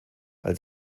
weil